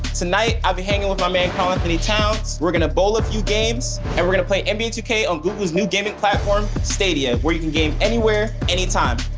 tonight, i'll be hangin' with my man karl-anthony towns. we're gonna bowl a few games, and we're gonna play nba two k on google's new gaming platform, stadia, where you can game anywhere, anytime.